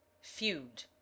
Feud